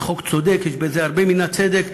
זה חוק צודק, יש בו הרבה מן הצדק.